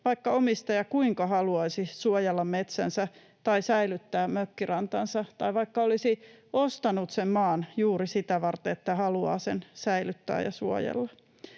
vaikka omistaja kuinka haluaisi suojella metsänsä tai säilyttää mökkirantansa tai vaikka olisi ostanut sen maan juuri sitä varten, että haluaa sen säilyttää ja suojella.